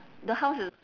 the house is